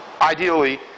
ideally